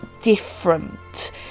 different